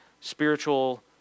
spiritual